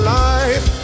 life